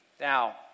Now